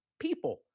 people